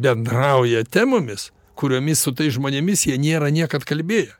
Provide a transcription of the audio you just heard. bendrauja temomis kuriomis su tais žmonėmis jie nėra niekad kalbėję